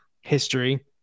history